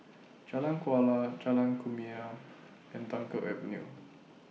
Jalan Kuala Jalan Kumia and Dunkirk Avenue